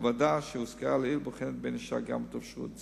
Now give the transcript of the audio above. הוועדה שהוזכרה לעיל בוחנת בין השאר גם את אפשרות זו.